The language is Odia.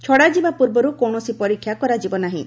ଛଡ଼ାଯିବା ପୂର୍ବରୁ କୌଣସି ପରୀକ୍ଷା କରାଯିବ ନାହିଁ